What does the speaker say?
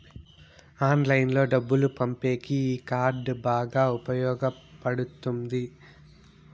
ఆన్లైన్లో డబ్బులు పంపేకి ఈ కార్డ్ బాగా ఉపయోగపడుతుంది